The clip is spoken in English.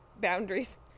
boundaries